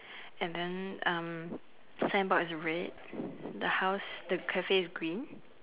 and then um signboard is red the house the cafe is green